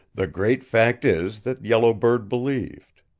the great fact is that yellow bird believed.